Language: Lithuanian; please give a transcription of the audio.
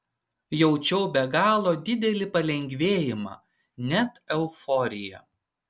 jaučiau be galo didelį palengvėjimą net euforiją